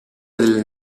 nel